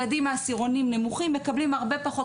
ילדים מעשירונים נמוכים מקבלים הרבה פחות